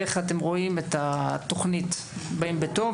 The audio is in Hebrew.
איך אתם רואים את התוכנית "באים בטוב",